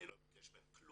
אני לא אבקש מהם,